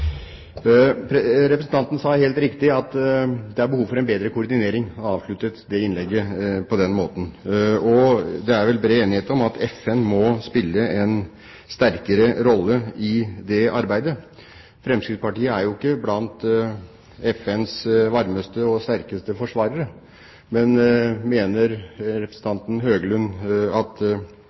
Representanten Høglund sa, helt riktig, at det er behov for en bedre koordinering og avsluttet innlegget med det. Det er vel bred enighet om at FN må spille en sterkere rolle i det arbeidet. Fremskrittspartiet er ikke blant FNs varmeste og sterkeste forsvarere, men mener representanten Høglund at